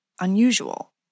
unusual